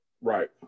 Right